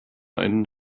einen